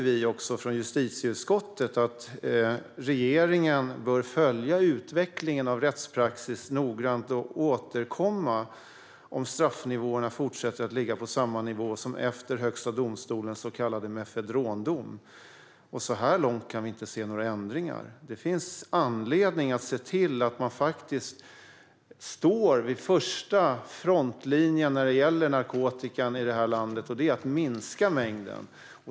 Vi från justitieutskottet skrev ju att regeringen noggrant bör följa utvecklingen av rättspraxis och återkomma om straffnivåerna fortsätter att ligga på samma nivå som efter Högsta domstolens så kallade mefedrondom. Så här långt kan vi inte se några ändringar. Det finns anledning att se till att man faktiskt står vid första frontlinjen när det gäller narkotika i det här landet. Det handlar om att minska mängden.